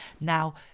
now